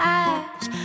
eyes